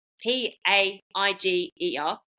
P-A-I-G-E-R